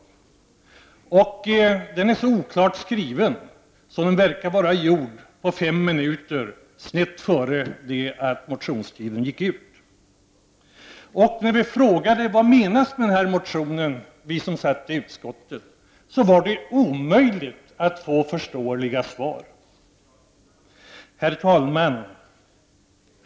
Motionen är så oklart skriven att den verkar vara gjord på fem minuter strax innan motionstiden gick ut. När vi som satt med i utskottet frågade vad som menades med motionen var det omöjligt att få förståeliga svar. Herr talman!